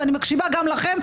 ואני מקשיבה גם לכם,